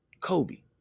Kobe